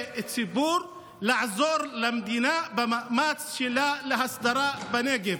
הציבור לעזור למדינה במאמץ שלה להסדרה בנגב.